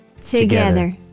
together